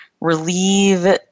Relieve